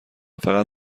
فقط